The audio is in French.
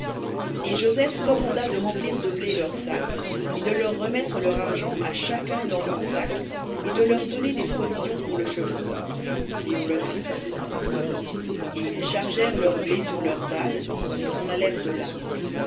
et joseph commanda de remplir de blé leurs sacs et de leur remettre leur argent à chacun dans son sac et de leur donner des provisions pour le chemin et on leur fit ainsi et ils chargèrent leur blé sur leurs ânes et s'en allèrent de là